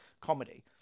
comedy